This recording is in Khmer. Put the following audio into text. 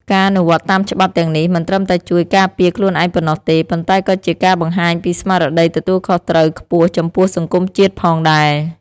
ការអនុវត្តតាមច្បាប់ទាំងនេះមិនត្រឹមតែជួយការពារខ្លួនឯងប៉ុណ្ណោះទេ ប៉ុន្តែក៏ជាការបង្ហាញពីស្មារតីទទួលខុសត្រូវខ្ពស់ចំពោះសង្គមជាតិផងដែរ។